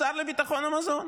שר לביטחון המזון.